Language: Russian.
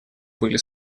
были